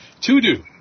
to-do